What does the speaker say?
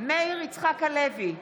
מאיר יצחק הלוי,